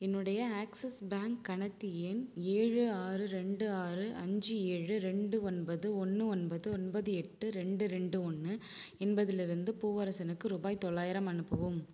என்னுடைய Axis bank கணக்கு எண் ஏழு ஆறு ரெண்டு ஆறு அஞ்சு ஏழு ரெண்டு ஒன்பது ஒன்று ஒன்பது ஒன்பது எட்டு ரெண்டு ரெண்டு ஒன்று என்பதிலிருந்து பூவரசனுக்கு ரூபாய் தொள்ளாயிரம் அனுப்பவும்